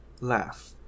Laugh